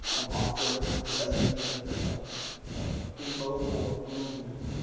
an offering to this idea of of immobile movement.